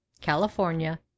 California